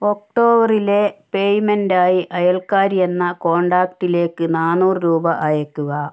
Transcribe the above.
ഒക്ടോബറിലെ പേയ്മെൻറ്റായി അയൽക്കാരി എന്ന കോണ്ടാക്ടിലേക്ക് നാന്നൂറ് രൂപ അയക്കുക